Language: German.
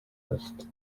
ist